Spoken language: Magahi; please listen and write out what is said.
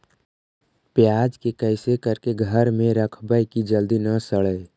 प्याज के कैसे करके घर में रखबै कि जल्दी न सड़ै?